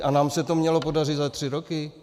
A nám se to mělo podařit za tři roky?